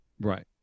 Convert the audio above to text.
right